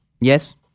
Yes